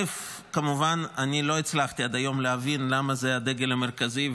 אני לא הצלחתי עד היום להבין למה זה הדגל המרכזי,